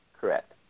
Correct